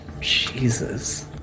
Jesus